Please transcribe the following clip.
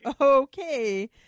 Okay